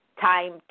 time